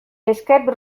escape